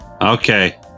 Okay